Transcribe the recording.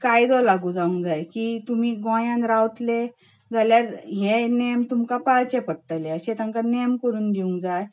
कायदो लागू जावंक जाय की तुमी गोंयांत रावतले जाल्यार हे नेम तुमकां पाळचे पडटले अशे तांकां नेम करून दिवंक जाय